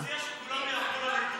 להצביע על זה.